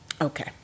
Okay